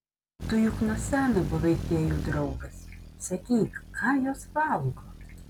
tu juk nuo seno buvai fėjų draugas sakyk ką jos valgo